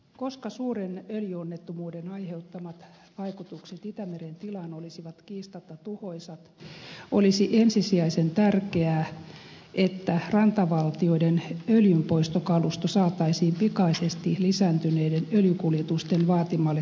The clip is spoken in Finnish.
koska suuren öljyonnettomuuden aiheuttamat vaikutukset itämeren tilaan olisivat kiistatta tuhoisat olisi ensisijaisen tärkeää että rantavaltioiden öljynpoistokalusto saataisiin pikaisesti lisääntyneiden öljykuljetusten vaatimalle tasolle